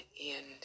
end